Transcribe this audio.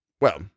Well